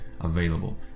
available